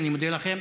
אני מודה לכם.